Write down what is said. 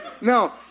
No